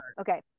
Okay